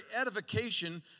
edification